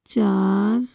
ਚਾਰ